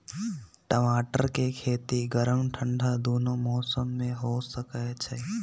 टमाटर के खेती गर्म ठंडा दूनो मौसम में हो सकै छइ